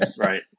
Right